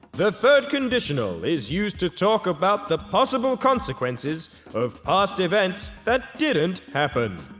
the third conditional is used to talk about the possible consequences of past events that didn't happen.